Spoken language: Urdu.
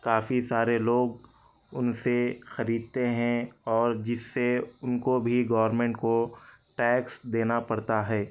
کافی سارے لوگ ان سے خریدتے ہیں اور جس سے ان کو بھی گورنمنٹ کو ٹیکس دینا پڑتا ہے